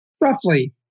Roughly